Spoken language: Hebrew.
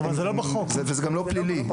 וזה גם לא פלילי.